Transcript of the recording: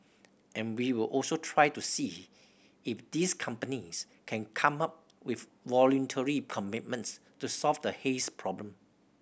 and we'll also try to see if these companies can come up with voluntary commitments to solve the haze problem